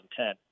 2010